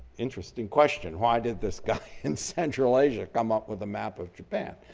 interesting question, why did this guy in central asia come up with the map of japan?